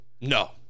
no